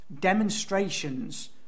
demonstrations